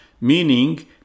meaning